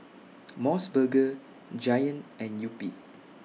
Mos Burger Giant and Yupi